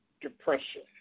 Depression